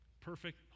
perfect